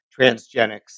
transgenics